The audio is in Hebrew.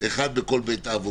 אחד בכל בית אב.